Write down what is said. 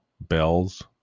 bells